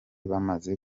bamaze